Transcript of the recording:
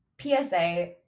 PSA